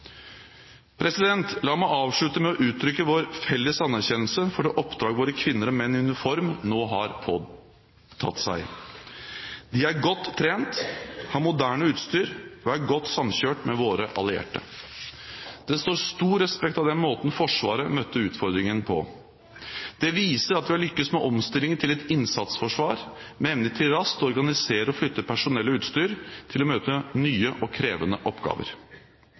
La meg avslutte med å uttrykke vår felles anerkjennelse for det oppdrag våre kvinner og menn i uniform nå har påtatt seg. De er godt trent, har moderne utstyr og er godt samkjørt med våre allierte. Det står stor respekt av den måten Forsvaret møtte utfordringen på. Det viser at vi har lyktes med omstillingen til et innsatsforsvar, med evne til raskt å organisere og flytte personell og utstyr for å møte nye og krevende oppgaver.